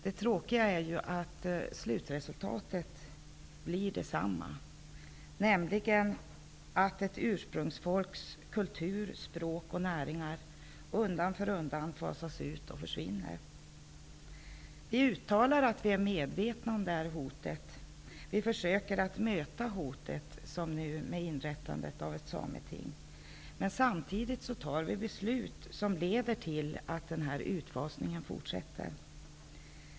Det tråkiga är att slutresultatet blir detsamma, nämligen att ett ursprungsfolks kultur, språk och näringar undan för undan fasas ut och försvinner. Vi uttalar att vi är medvetna om det hotet, och vi försöker att möta det, som nu med inrättandet av ett sameting. Men samtidigt fattar vi beslut som leder till att den här utfasningen fortsätter.